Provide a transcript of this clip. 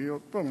עוד פעם,